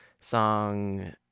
song